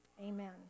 amen